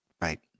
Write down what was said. Right